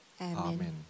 Amen